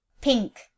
Pink